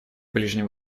ближнем